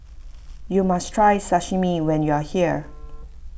you must try Sashimi when you are here